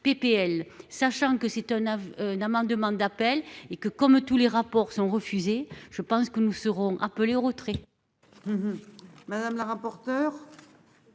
PPL sachant que c'est un aveu d'amendement d'appel et que comme tous les rapports sont refusés. Je pense que nous serons appelé au retrait.